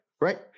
right